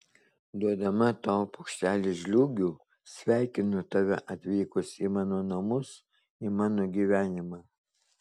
duodama tau puokštelę žliūgių sveikinu tave atvykus į mano namus į mano gyvenimą